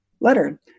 letter